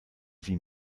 sie